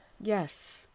yes